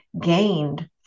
gained